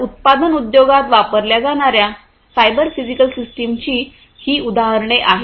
तर उत्पादन उद्योगात वापरल्या जाणार्या सायबर फिजिकल सिस्टमची ही उदाहरणे आहेत